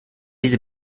diese